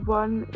one